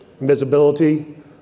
visibility